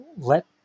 let